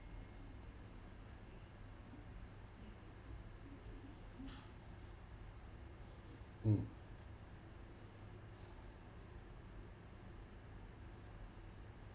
mm